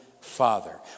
father